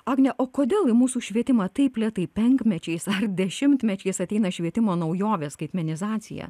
agne o kodėl į mūsų švietimą taip lėtai penkmečiais ar dešimtmečiais ateina švietimo naujovės skaitmenizacija